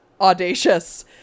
audacious